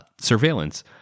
surveillance